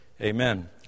Amen